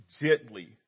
gently